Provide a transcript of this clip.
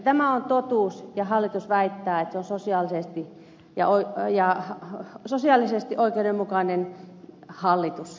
tämä on totuus ja hallitus väittää että se on sosiaalisesti oikeudenmukainen hallitus ja tätä ed